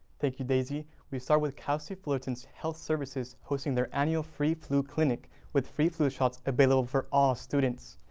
thank you daisy we start with cal state fullerton's health services hosting their annual free flu clinic with free flu shots available for all students.